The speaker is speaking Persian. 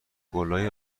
گـلای